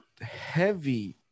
heavy